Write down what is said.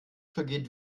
vergeht